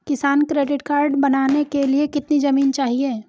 किसान credit card बनाने के लिए कितनी जमीन चाहिए?